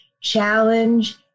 challenge